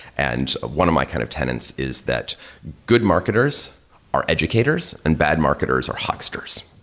and one of my kind of tenants is that good marketers are educators, and bad marketers are hucksters.